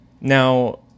Now